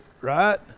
right